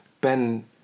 Ben